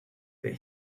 that